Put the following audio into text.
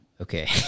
Okay